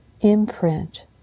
imprint